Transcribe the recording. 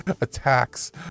attacks